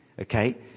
Okay